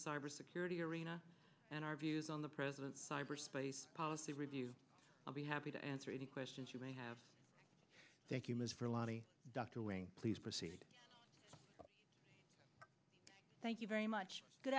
cyber security arena and our views on the president's cyberspace policy review i'll be happy to answer any questions you may have thank you ms for lani dr please proceed thank you very much good